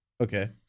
Okay